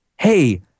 Hey